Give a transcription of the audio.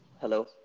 Hello